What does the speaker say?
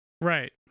Right